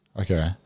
Okay